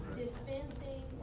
dispensing